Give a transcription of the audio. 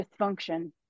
dysfunction